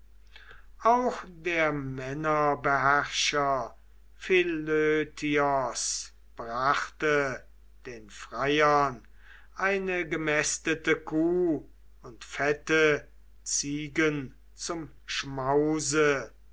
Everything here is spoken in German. auch der männerbeherrscher philötios brachte den freiern eine gemästete kuh und fette ziegen zum schmause